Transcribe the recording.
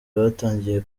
batangiye